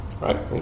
right